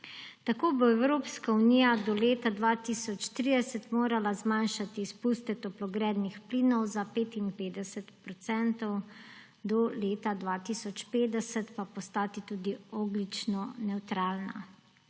Tako bo Evropska unija do leta 2030 morala zmanjšati izpuste toplogrednih plinov za 55 %, do leta 2050 pa postati tudi ogljično nevtralna.